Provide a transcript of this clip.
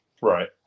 Right